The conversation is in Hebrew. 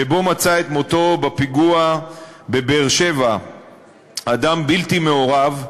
שבו מצא את מותו בפיגוע בבאר-שבע אדם בלתי מעורב,